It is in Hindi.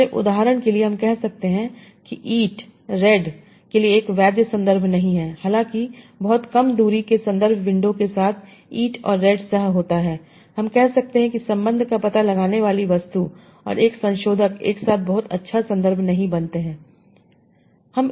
इसलिए उदाहरण के लिए हम कह सकते हैं कि ईटरेड के लिए एक वैध संदर्भ नहीं है हालांकि बहुत कम दूरी के संदर्भ विंडो के साथ ईट और रेड सह होता है हम कह सकते हैं कि संबंध का पता लगाने वाली वस्तु और एक संशोधक एक साथ बहुत अच्छा संदर्भ नहीं बनते हैं